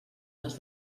les